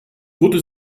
wurde